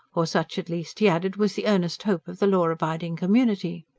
or such at least, he added, was the earnest hope of the law-abiding community.